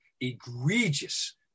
egregious